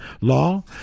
law